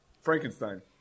Frankenstein